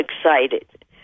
excited